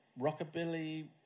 rockabilly